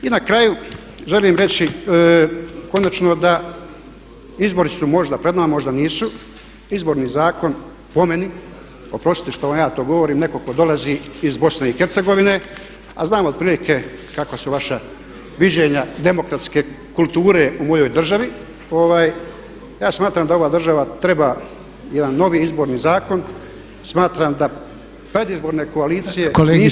I na kraju želim reći konačno da izbori su možda pred nama, možda nisu, Izborni zakon po meni, oprostite što vam ja to govorim, netko tko dolazi iz BiH a znam otprilike kakva su vaša viđenja demokratske kulture u mojoj državi, ja smatram da ova država treba jedan novi Izborni zakon, smatram da predizborne koalicije nisu dobre za Hrvatsku.